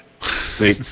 See